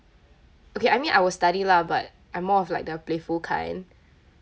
okay I mean I will study lah but I'm more of like the playful kind